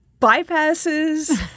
bypasses